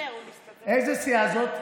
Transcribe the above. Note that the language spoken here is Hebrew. איזה סיעה זאת?